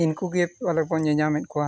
ᱤᱱᱠᱩᱜᱮ ᱯᱟᱞᱮᱵᱚᱱ ᱧᱮᱧ ᱧᱟᱢᱮᱫ ᱠᱚᱣᱟ